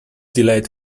delayed